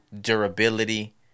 durability